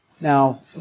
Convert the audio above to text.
Now